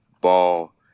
Ball